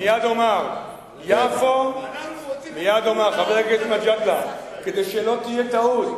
מייד אומר, חבר הכנסת מג'אדלה, כדי שלא תהיה טעות,